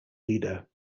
leader